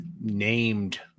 named